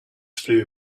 flew